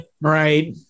Right